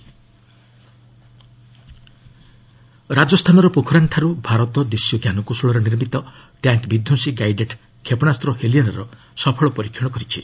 missile test ରାଜସ୍ଥାନର ପୋଖରାନ୍ଠାରୁ ଭାରତ ଦେଶୀୟ ଜ୍ଞାନକୌଶଳରେ ନିର୍ମିତ ଟ୍ୟାଙ୍କ୍ ବିଧ୍ୱଂସୀ ଗାଇଡେଡ୍ କ୍ଷେପଣାସ୍ତ୍ର 'ହେଲିନା'ର ସଫଳ ପରୀକ୍ଷଣ କରିଛି